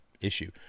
issue